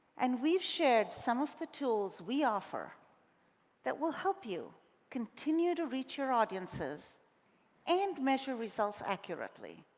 and we've shared some of the tools we offer that will help you continue to reach your audiences and measure results accurately